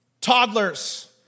Toddlers